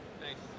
Thanks